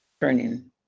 turning